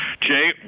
jay